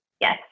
Yes